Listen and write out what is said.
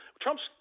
Trump's